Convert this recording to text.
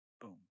Boom